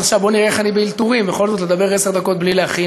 אז עכשיו בוא נראה איך אני באלתורים בכל זאת לדבר עשר דקות בלי להכין.